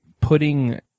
putting